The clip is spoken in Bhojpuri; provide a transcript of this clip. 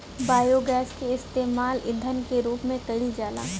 बायोगैस के इस्तेमाल ईधन के रूप में कईल जाला